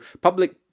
public